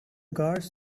gods